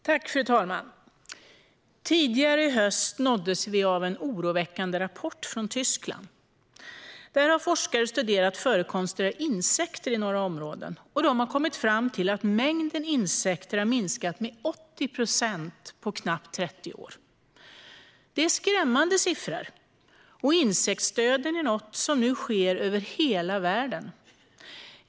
Fru talman! Tidigare i höst nåddes vi av en oroväckande rapport från Tyskland. Där har forskare studerat förekomsten av insekter i några områden. De har kommit fram till att mängden insekter har minskat med 80 procent på knappt 30 år - det är skrämmande siffror. Och insektsdöden är något som nu sker över hela världen.